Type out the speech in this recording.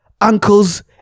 uncles